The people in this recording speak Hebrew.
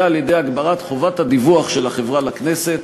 על-ידי הגברת חובת הדיווח של החברה לכנסת,